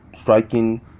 striking